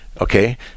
Okay